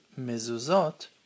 mezuzot